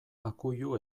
akuilu